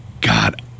God